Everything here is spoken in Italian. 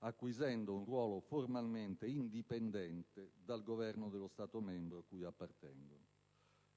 acquisendo un ruolo formalmente indipendente dal Governo dello Stato membro cui appartengono.